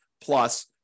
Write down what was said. plus